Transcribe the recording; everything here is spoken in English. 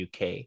uk